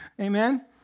Amen